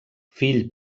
fill